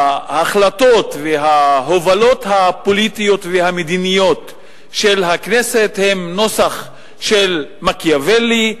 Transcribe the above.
ההחלטות וההובלות הפוליטיות והמדיניות של הכנסת הן נוסח מקיאוולי,